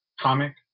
comic